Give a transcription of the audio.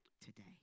today